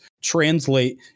translate